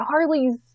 Harley's